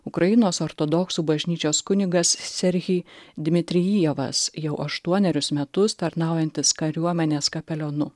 ukrainos ortodoksų bažnyčios kunigas serhyj dmitrijyjevas jau aštuonerius metus tarnaujantis kariuomenės kapelionu